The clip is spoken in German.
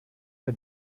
der